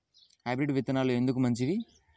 Hybrid విత్తనాలు ఎందుకు మంచివి?